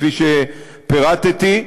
כפי שפירטתי,